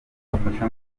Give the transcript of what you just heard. umufasha